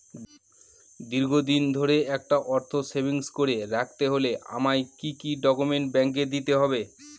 দীর্ঘদিন ধরে একটা অর্থ সেভিংস করে রাখতে হলে আমায় কি কি ডক্যুমেন্ট ব্যাংকে দিতে হবে?